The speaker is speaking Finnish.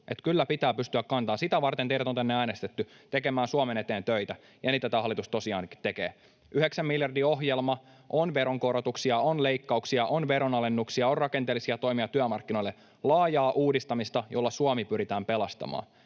Kyllä pitää pystyä kantamaan vastuuta. Sitä varten teidät on tänne äänestetty, tekemään Suomen eteen töitä. Ja niitä tämä hallitus tosiaankin tekee. Yhdeksän miljardin ohjelma, on veronkorotuksia, on leikkauksia, on veronalennuksia, on rakenteellisia toimia työmarkkinoille. Laajaa uudistamista, jolla Suomi pyritään pelastamaan.